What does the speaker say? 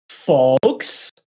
Folks